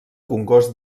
congost